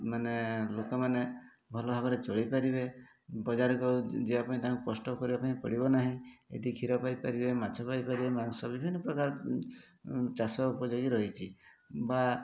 ମାନେ ଲୋକମାନେ ଭଲ ଭାବରେ ଚଳିପାରିବେ ବଜାରକୁ ଯିବାପାଇଁ ତାଙ୍କୁ କଷ୍ଟ କରିବାପାଇଁ ପଡ଼ିବ ନାହିଁ ଏଠି କ୍ଷୀର ପାଇପାରିବେ ମାଛ ପାଇପାରିବେ ମାଂସ ବିଭିନ୍ନ ପ୍ରକାର ଚାଷ ଉପଯୋଗୀ ରହିଛି ବା